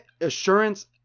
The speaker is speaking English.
Assurance